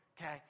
okay